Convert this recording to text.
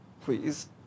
Please